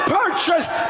purchased